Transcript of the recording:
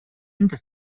inter